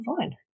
fine